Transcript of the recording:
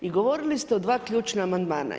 I govorili ste o dva ključna amandmana.